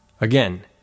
Again